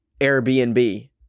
airbnb